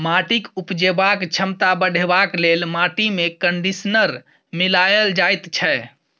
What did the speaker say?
माटिक उपजेबाक क्षमता बढ़ेबाक लेल माटिमे कंडीशनर मिलाएल जाइत छै